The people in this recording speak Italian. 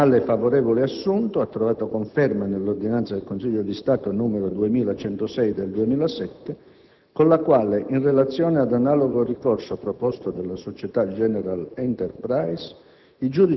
Tale favorevole assunto ha trovato conferma nella ordinanza del Consiglio di Stato n. 2106 del 2007 con la quale, in relazione ad analogo ricorso proposto dalla società General Enterprise,